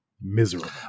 miserable